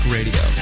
Radio